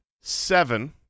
seven